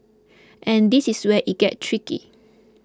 and this is where it gets tricky